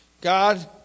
God